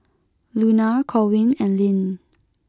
Luna Corwin and Lyn